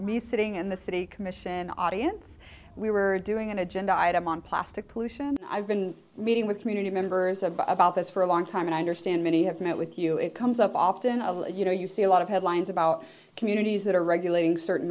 reciting in the city commission audience we were doing an agenda item on plastic pollution and i've been meeting with community members of about this for a long time and i understand many have met with you it comes up often of you know you see a lot of headlines about communities that are regulating certain